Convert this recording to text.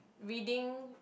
reading